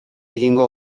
egingo